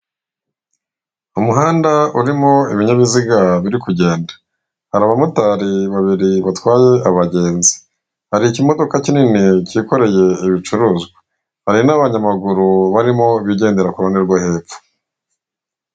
Umuhanda urimo ibinyabiziga biri kugenda, hari abamotari babiri batwaye abagenzi, hari ikimodoka kinini cyikoreye ibicuruzwa, hari n'abanyamaguru barimo bigendera kuruhande rwo hepfo.